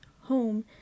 home